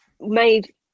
made